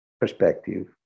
perspective